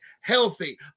healthy